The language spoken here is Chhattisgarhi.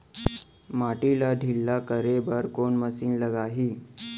माटी ला ढिल्ला करे बर कोन मशीन लागही?